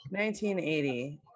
1980